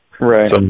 Right